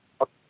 Okay